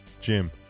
Jim